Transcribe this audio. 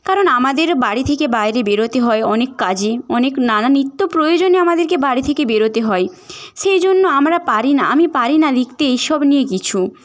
কারণ আমাদের বাড়ি থিকে বাইরে বেরোতে হয় অনেক কাজে অনেক নানান নিত্য প্রয়োজনে আমাদেরকে বাড়ি থেকে বেরোতে হয় সেই জন্য আমরা পারি না আমি পারি না লিখতে এসব নিয়ে কিছু